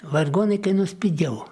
vargonai kainuos pigiau